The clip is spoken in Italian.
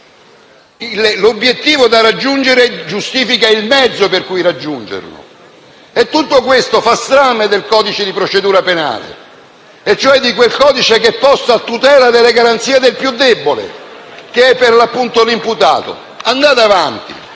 l'obiettivo da raggiungere giustifica il mezzo con cui lo si raggiunge. Tutto questo fa strame del codice di procedura penale, e cioè di quel codice posto a tutela delle garanzie del più debole, che è, per l'appunto, l'imputato. Andate avanti,